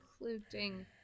including